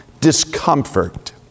discomfort